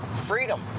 freedom